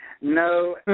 No